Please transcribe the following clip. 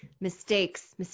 Mistakes